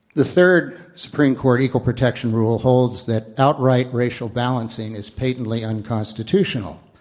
the third supreme court equal protection rule holds that outright racial balancing is patently unconstitutional.